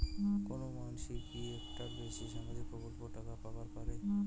কোনো মানসি কি একটার বেশি সামাজিক প্রকল্পের টাকা পাবার পারে?